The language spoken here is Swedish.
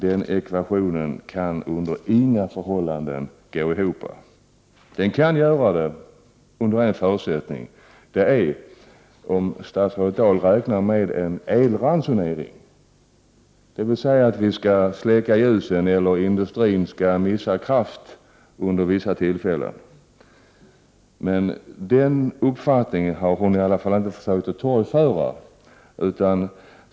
Den ekvationen kan under inga förhållanden gå ihop. Jo, den gör det under en förutsättning, nämligen om statsrådet Dahl räknar med en elransonering, dvs. att vi skall släcka ljuset eller att industrin skall mista kraften vid vissa tillfällen. Den uppfattningen har hon i alla fall torgfört.